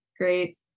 great